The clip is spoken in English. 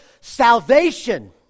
Salvation